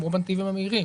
כמו בנתיבים המהירים,